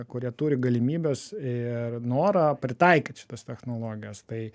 kurie turi galimybes ir norą pritaikyt šitas technologijas tai